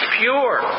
Pure